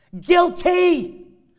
Guilty